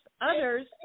others